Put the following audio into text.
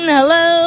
Hello